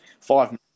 Five